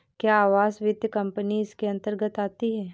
क्या आवास वित्त कंपनी इसके अन्तर्गत आती है?